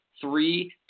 Three